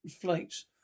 flights